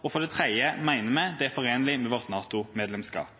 og for det tredje mener vi det er forenlig med vårt NATO-medlemskap.